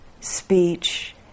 speech